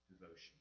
devotion